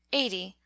eighty